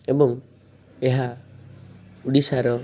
ଏବଂ ଏହା ଓଡ଼ିଶାର